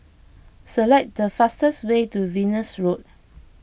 select the fastest way to Venus Road